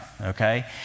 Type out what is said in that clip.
okay